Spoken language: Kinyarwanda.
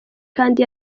kandi